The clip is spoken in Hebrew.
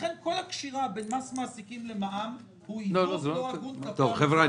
ולכן כל הקשירה בין מס מעסיקים למע"מ הוא עיוות לא הגון כלפי -- חבר'ה,